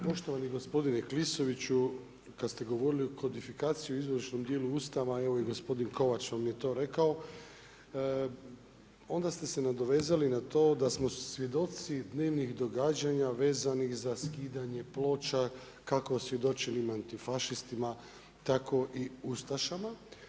Poštovani gospodine Klisoviću kad ste govorili kodifikaciju u izvorišnom dijelu Ustava, evo i gospodin Kovač vam je to rekao, onda ste se nadovezali na to da smo svjedoci dnevnih događanja vezanih za skidanje ploča kako osvjedočenim antifašistima, tako i ustašama.